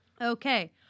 Okay